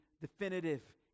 definitive